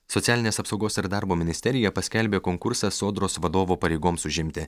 socialinės apsaugos ir darbo ministerija paskelbė konkursą sodros vadovo pareigoms užimti